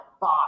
boss